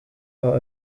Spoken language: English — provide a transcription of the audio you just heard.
are